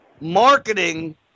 marketing